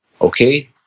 Okay